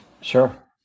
Sure